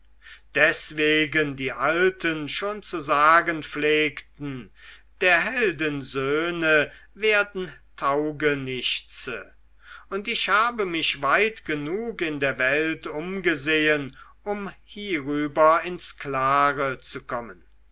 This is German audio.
deswegen die alten schon zu sagen pflegten der helden söhne werden taugenichtse und ich habe mich weit genug in der welt umgesehen um hierüber ins klare zu kommen